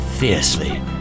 fiercely